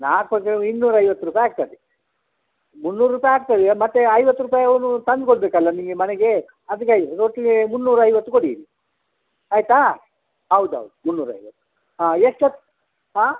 ನಾಲ್ಕು ಪಕ್ ಇನ್ನೂರ ಐವತ್ತು ರೂಪಾಯಿ ಆಗ್ತದೆ ಮುನ್ನೂರು ರೂಪಾಯಿ ಆಗ್ತದೆ ಈಗ ಮತ್ತು ಐವತ್ತು ರೂಪಾಯಿ ಅವನು ತಂದು ಕೊಡಬೇಕಲ್ಲ ನಿಮಗೆ ಮನೆಗೆ ಅದಕ್ಕಾಗಿ ಒಟ್ಟಿಗೆ ಮುನ್ನೂರ ಐವತ್ತು ಕೊಡಿರಿ ಆಯಿತಾ ಹೌದು ಹೌದು ಮುನ್ನೂರ ಐವತ್ತು ಹಾಂ ಎಷ್ಟು ಹೊತ್ತು ಆಂ